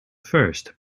first